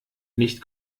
nicht